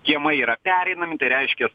kiemai yra pereinami tai reiškias